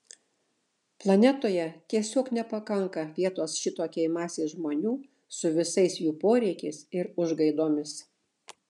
planetoje tiesiog nepakanka vietos šitokiai masei žmonių su visais jų poreikiais ir užgaidomis